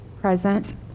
Present